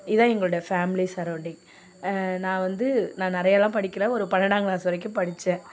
இதான் எங்களுடைய family surrounding நான் வந்து நான் நிறையலாம் படிக்கலை ஒரு பன்னெண்டாம் கிளாஸ் வரைக்கும் படித்தேன்